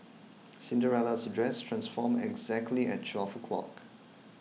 Cinderella's dress transformed exactly at twelve o'clock